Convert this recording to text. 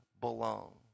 belong